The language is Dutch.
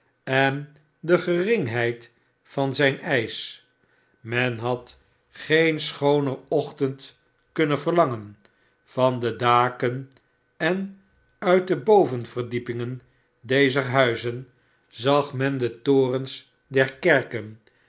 en de geringheid van zijn eisch men had geen schooner ochtend kunnen verlangen van de daken eh uit de bovenverdiepingen dezer huizen zag men de torens der kerken